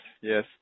yes